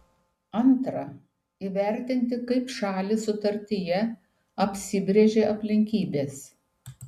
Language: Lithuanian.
antra įvertinti kaip šalys sutartyje apsibrėžė aplinkybes